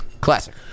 Classic